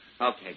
Okay